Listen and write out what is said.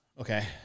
Okay